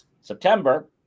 September